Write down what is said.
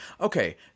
okay